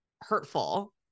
hurtful